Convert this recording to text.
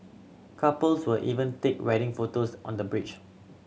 couples would even take wedding photos on the bridge